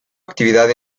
actividad